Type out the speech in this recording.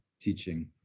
teaching